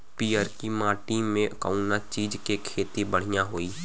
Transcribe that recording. पियरकी माटी मे कउना चीज़ के खेती बढ़ियां होई?